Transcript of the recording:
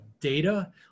data